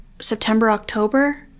September-October